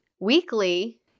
Weekly